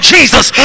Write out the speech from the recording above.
Jesus